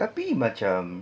tapi macam